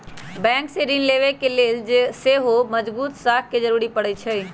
bank से ऋण लेबे के लेल सेहो मजगुत साख के जरूरी परै छइ